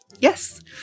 Yes